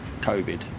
covid